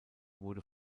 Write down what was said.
wurde